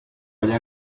haya